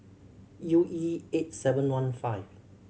U E eight seven one five